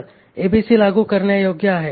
तर एबीसी लागू करण्यायोग्य आहे